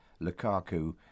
Lukaku